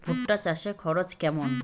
ভুট্টা চাষে খরচ কেমন?